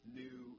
new